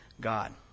God